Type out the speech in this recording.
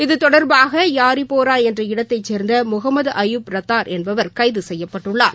இதுதொடர்பாக யாரிப்போரா என்ற இடத்தை சேர்ந்த முகமது அபூப் ராத்தர் என்பவர் கைது செய்யப்பட்டுள்ளார்